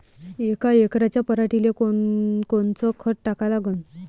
यका एकराच्या पराटीले कोनकोनचं खत टाका लागन?